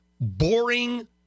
Boring